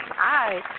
Hi